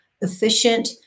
efficient